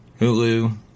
Hulu